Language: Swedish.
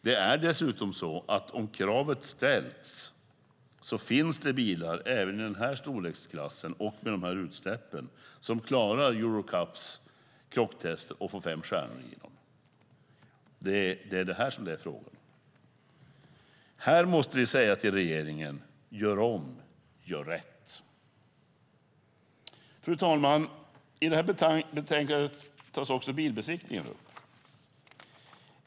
Det är dessutom så att om kravet hade ställts hade man fått veta att det finns bilar även i den här storleksklassen och med de här utsläppen som klarar Euro NCAP:s krocktester och får fem stjärnor. Det är det som det är fråga om. Här måste vi säga till regeringen: Gör om, gör rätt! Fru talman! I det här betänkandet tas också bilbesiktningen upp.